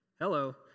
hello